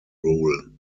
rule